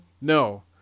No